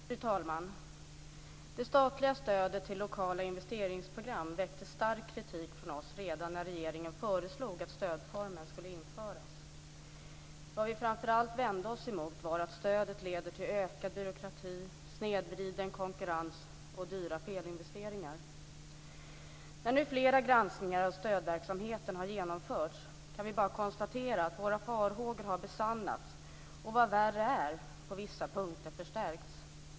Fru talman! Det statliga stödet till lokala investeringsprogram väckte stark kritik från oss redan när regeringen föreslog att denna stödform skulle införas. Vad vi framför allt vände oss emot var att stödet leder till ökad byråkrati, snedvriden konkurrens och dyra felinvesteringar. När nu flera granskningar av stödverksamheten har genomförts kan vi bara konstatera att våra farhågor har besannats, och vad värre är: på vissa punkter har de förstärkts.